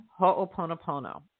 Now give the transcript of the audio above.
Ho'oponopono